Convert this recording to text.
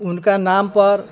उनका नाम पर